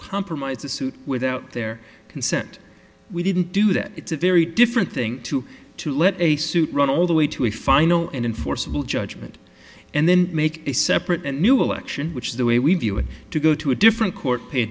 compromise a suit without their consent we didn't do that it's a very different thing to to let a suit run all the way to a final and enforceable judgment and then make a separate and new election which is the way we view it to go to a different court pay a